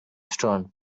return